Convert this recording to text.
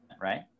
Right